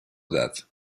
that